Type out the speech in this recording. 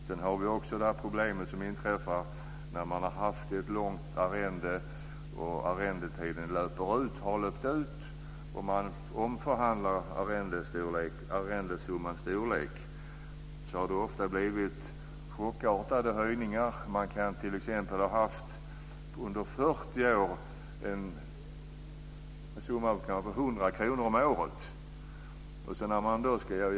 Det uppstår också problem när en lång arrendetid löper ut och arrendesummans storlek omförhandlas. Det har då ofta blivit chockartade höjningar. Man kan t.ex. under 40 år ha haft en arrendesumma om kanske 100 kr om året.